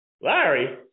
Larry